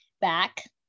back